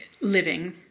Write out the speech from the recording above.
living